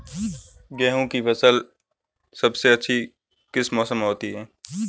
गेंहू की फसल सबसे अच्छी किस मौसम में होती है?